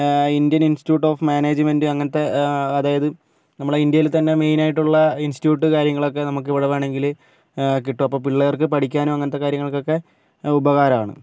Indian Institute of Management അങ്ങനത്തെ അതായത് നമ്മുടെ ഇന്ത്യയിൽ തന്നെ മെയിൻ ആയിട്ടുള്ള ഇൻസ്റ്റിറ്റ്യൂട്ട് കാര്യങ്ങളൊക്കെ നമുക്ക് ഇവിടെ വേണമെങ്കില് കിട്ടും പിള്ളേർക്ക് പഠിക്കാനും അങ്ങനത്തെ കാര്യങ്ങൾക്കൊക്കെ ഉപകാരമാണ്